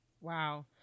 wow